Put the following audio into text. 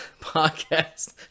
podcast